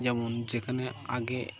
যেমন যেখানে আগে